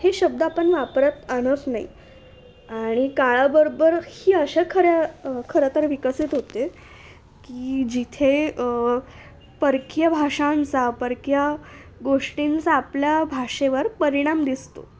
हे शब्द आपण वापरात आणतच नाही आणि काळाबरोबर ही अशा खऱ्या खरं तर विकसित होते की जिथे परकीय भाषांचा परक्या गोष्टींचा आपल्या भाषेवर परिणाम दिसतो